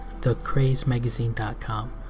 thecrazemagazine.com